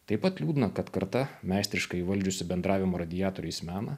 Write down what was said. taip pat liūdna kad karta meistriškai įvaldžiusi bendravimo radiatoriais meną